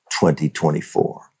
2024